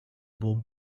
boom